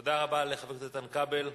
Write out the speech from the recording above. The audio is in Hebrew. תודה רבה לחבר הכנסת איתן כבל.